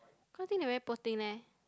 cause think they very poor thing leh